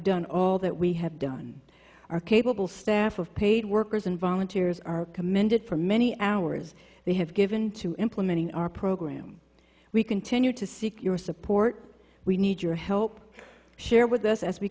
done all that we have done are capable staff of paid workers and volunteers are commended for many hours they have given to implementing our program we continue to seek your support we need your help share with us as we